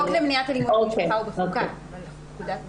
חוק למניעת אלימות במשפחה הוא בוועדת החוקה.